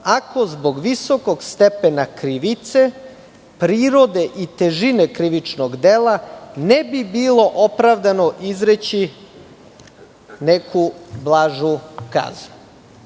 ako zbog visokog stepena krivice, prirode i težine krivičnog dela ne bi bilo opravdano izreći neku blažu kaznu. Dakle,